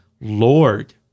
Lord